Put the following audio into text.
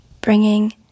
Bringing